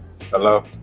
Hello